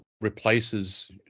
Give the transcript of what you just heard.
replaces